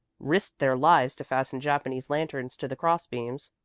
risked their lives to fasten japanese lanterns to the cross-beams,